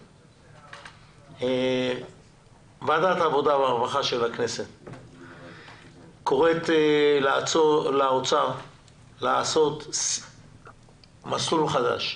ועדת העבודה והרווחה קוראת לאוצר לעשות חישוב מסלול מחדש.